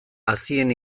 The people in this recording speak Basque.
hazien